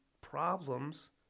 problems